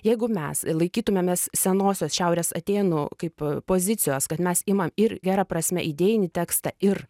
jeigu mes laikytumėmės senosios šiaurės atėnų kaip pozicijos kad mes imam ir gera prasme idėjinį tekstą ir